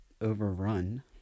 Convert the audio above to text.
overrun